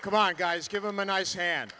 come on guys give them a nice hand